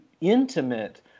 intimate